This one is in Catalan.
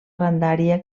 grandària